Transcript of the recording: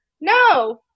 No